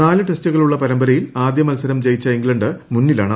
നാല് ടെസ്റ്റുകളുള്ള പരമ്പരയിൽ ആദ്യ മത്സരം ജയിച്ച ഇംഗ്ളണ്ട് മുന്നിലാണ്